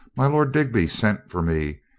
my lord digby sent for me,